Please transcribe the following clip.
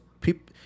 People